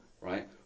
right